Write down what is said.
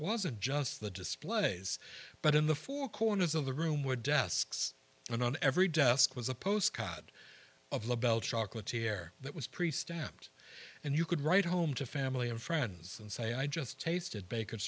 wasn't just the displays but in the four corners of the room were desks and on every desk was a postcard of la belle chocolate air that was pre stamped and you could write home to family and friends and say i just tasted ba